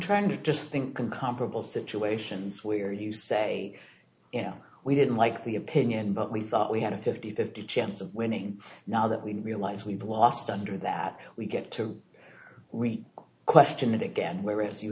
trying to just think uncomparable situations where you say you know we didn't like the opinion but we thought we had a fifty fifty chance of winning now that we realize we've lost under that we get to we question it again where if you